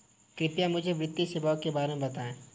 कृपया मुझे वित्तीय सेवाओं के बारे में बताएँ?